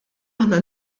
aħna